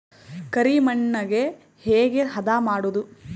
ಕರಿ ಮಣ್ಣಗೆ ಹೇಗೆ ಹದಾ ಮಾಡುದು?